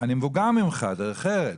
אני מבוגר ממך, דרך ארץ.